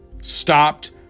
stopped